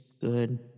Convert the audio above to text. Good